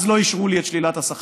אז לא אישרו לי את שלילת השכר.